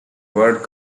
word